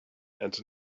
and